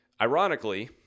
Ironically